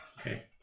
Okay